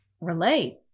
Relate